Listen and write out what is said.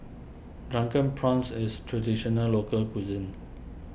Drunken Prawns is Traditional Local Cuisine